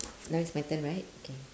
now is my turn right okay